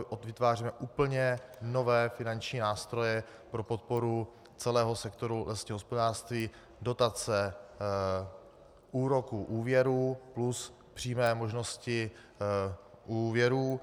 My jen v PGRLF vytváříme úplně nové finanční nástroje pro podporu celého sektoru lesního hospodářství, dotace úroků úvěrů plus přímé možnosti úvěrů.